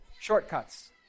shortcuts